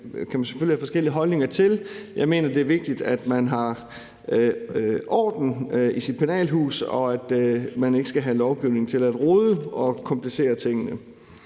Det kan man selvfølgelig have forskellige holdninger til. Jeg mener, at det er vigtigt, at man har orden i sit penalhus, og at man ikke skal have lovgivning til at rode og komplicere tingene.